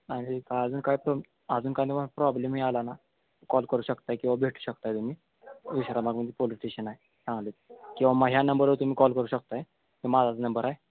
आणि का अजून काय प्रॉब् अजून काय तुमा प्रॉब्लेम हे आला ना कॉल करू शकत आहे किंवा भेटू शकत आहे तुम्ही विश्रामबागमध्ये पोलिस स्टेशन आहे सांगलीत किंवा मग ह्या नंबरवर तुम्ही कॉल करू शकत आहे माझाचा नंबर आहे